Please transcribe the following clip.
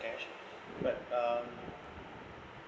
cash but um